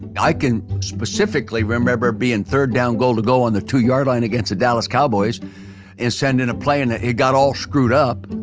yeah i can specifically remember being third down goal-to-goal on the two yard line against the dallas cowboys and send in a play and it got all screwed up,